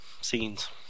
scenes